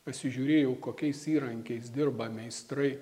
pasižiūrėjau kokiais įrankiais dirba meistrai